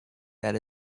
that